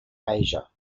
asia